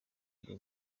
bwo